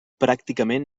pràcticament